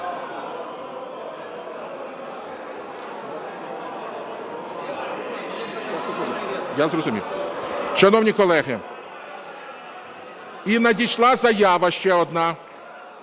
Шановні колеги, і надійшла заява ще одна...